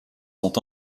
sont